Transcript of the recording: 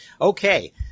Okay